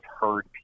heard